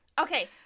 Okay